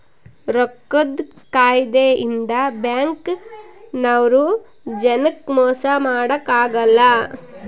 ರೊಕ್ಕದ್ ಕಾಯಿದೆ ಇಂದ ಬ್ಯಾಂಕ್ ನವ್ರು ಜನಕ್ ಮೊಸ ಮಾಡಕ ಅಗಲ್ಲ